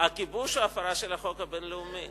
הכיבוש הוא הפרה של החוק הבין-לאומי.